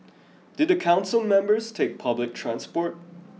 do the council members take public transport